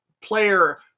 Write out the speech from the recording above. player